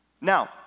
Now